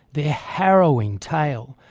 their harrowing tale,